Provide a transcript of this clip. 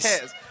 yes